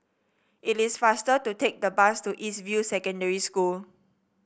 it is faster to take the bus to East View Secondary School